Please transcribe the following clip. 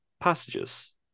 Passages